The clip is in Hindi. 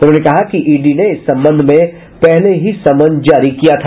उन्होंने कहा कि ईडी ने इस संबंध में पहले ही समन जारी किया था